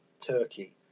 Turkey